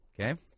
Okay